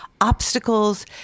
obstacles